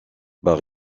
par